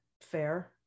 fair